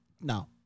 No